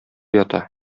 ята